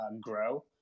grow